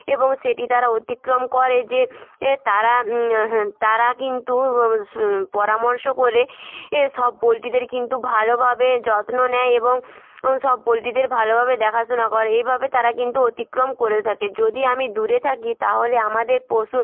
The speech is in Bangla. এবং সেটি তারা অতিক্রম করে যে এ তারা তারা কিন্তু সু পরামর্শ করে এ সব পোলট্রিদের কিন্তু ভালোভাবে যত্ন নেয় এবং সব পোলট্রিদের ভালোভাবে দেখাশোনা করে এইভাবে তারা কিন্তু অতিক্রম করে থাকে যদি আমি দূরে থাকি তাহলে আমাদের পশু